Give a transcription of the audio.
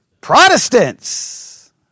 Protestants